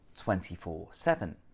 24-7